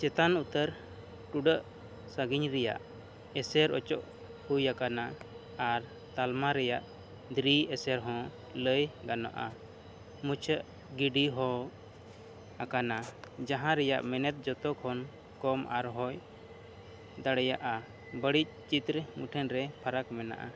ᱪᱮᱛᱟᱱ ᱩᱛᱟᱹᱨ ᱴᱩᱰᱟᱹᱜ ᱥᱟᱺᱜᱤᱧ ᱨᱮᱱᱟᱜ ᱮᱥᱮᱨ ᱚᱪᱚᱜ ᱦᱩᱭ ᱟᱠᱟᱱᱟ ᱟᱨ ᱛᱟᱞᱢᱟ ᱨᱮᱱᱟᱜ ᱫᱨᱤᱭᱚ ᱮᱥᱮᱨ ᱦᱚᱸ ᱞᱟᱹᱭ ᱜᱟᱱᱚᱜᱼᱟ ᱢᱩᱪᱷᱟᱹᱣ ᱜᱤᱰᱤ ᱦᱳᱭ ᱟᱠᱟᱱᱟ ᱡᱟᱦᱟᱸ ᱨᱮᱱᱟᱜ ᱢᱮᱱᱮᱫ ᱡᱷᱚᱛᱚ ᱠᱷᱚᱱ ᱠᱚᱢ ᱟᱨ ᱦᱩᱭ ᱫᱟᱲᱮᱭᱟᱜᱼᱟ ᱵᱟᱹᱲᱤᱡ ᱪᱤᱛᱨᱚ ᱢᱩᱴᱷᱟᱹᱱᱨᱮ ᱯᱷᱟᱨᱟᱠ ᱢᱮᱱᱟᱜᱼᱟ